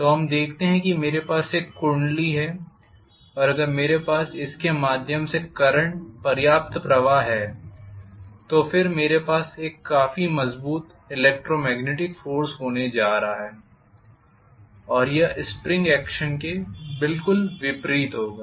तो हम कहते हैं कि मेरे पास एक कुंडली है और अगर मेरे पास इसके माध्यम से करंट पर्याप्त प्रवाह है तो फिर मेरे पास एक काफी मजबूत इलेकट्रोमेग्नेटिक फोर्स होने जा रहा है कि और यह स्प्रिंग एक्शन के बिल्कुल विपरीत होगा